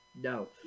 No